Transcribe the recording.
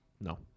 No